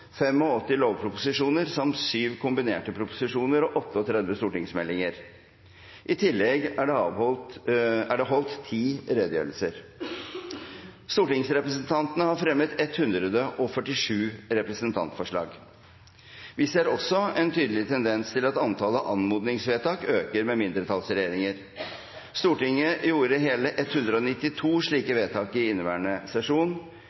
lovproposisjoner samt 7 kombinerte proposisjoner og 38 stortingsmeldinger. I tillegg er det holdt 10 redegjørelser. Stortingsrepresentantene har fremmet 147 representantforslag. Vi ser også en tydelig tendens til at antallet anmodningsvedtak øker med mindretallsregjeringer. Stortinget gjorde hele 192 slike vedtak i inneværende sesjon.